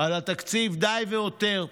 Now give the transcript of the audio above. על התקציב די והותר,